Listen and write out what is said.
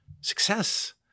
success